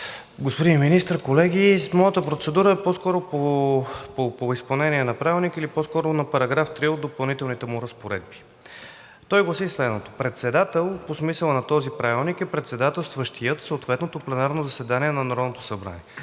господин Министър, колеги! Моята процедура е по-скоро по изпълнение на Правилника или по-скоро на § 3 от Допълнителните разпоредби. Той гласи следното: „§ 3. „Председател“ по смисъла на този правилник е председателстващият съответното пленарно заседание на Народното събрание.“